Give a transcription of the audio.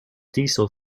diesel